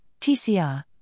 TCR